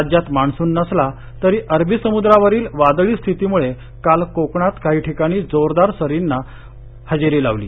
राज्यात मान्सून नसला तरी अरबी समुद्रावरील वादळी स्थितीमुळे काल कोकणात काही ठिकाणी जोरदार सरींनी हजेरी लावली